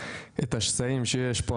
את השסעים שיש פה,